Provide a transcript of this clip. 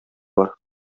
бар